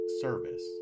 service